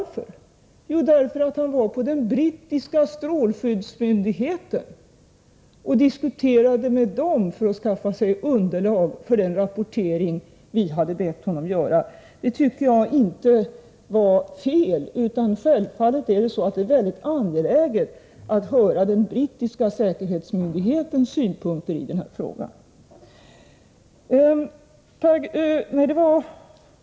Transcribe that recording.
Jo, därför att han 11 oktober 1984 var på den brittiska strålskyddsmyndigheten och diskuterade med den för att skaffa sig underlag för den rapportering som vi hade bett honom göra. Det tycker jag inte var fel. Självfallet är det mycket angeläget att höra den brittiska säkerhetsmyndighetens synpunkter i den här frågan.